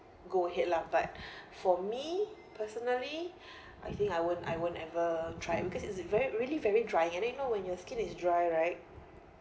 go ahead lah but for me personally I think I won't I won't ever try because it's very really very dry and then you know when your skin is dry right